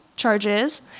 charges